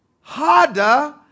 harder